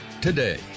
today